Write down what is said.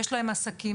יש להם עסקים,